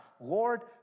Lord